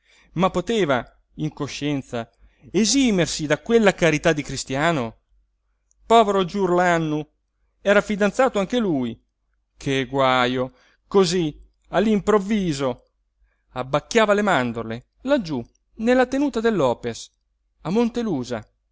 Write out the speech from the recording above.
ma poteva in coscienza esimersi da quella carità di cristiano povero giurlannu era fidanzato anche lui che guajo cosí all'improvviso abbacchiava le mandorle laggiú nella tenuta del lopes a montelusa